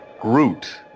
Groot